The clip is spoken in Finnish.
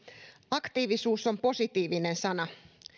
aktiivisuus on positiivinen sana